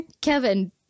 Kevin